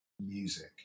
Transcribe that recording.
music